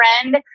friend